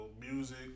music